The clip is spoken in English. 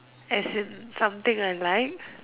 as in something alike